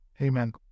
Amen